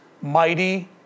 mighty